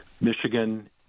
Michigan